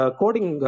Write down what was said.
coding